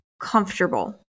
comfortable